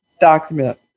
Document